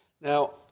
Now